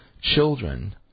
children